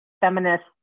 feminist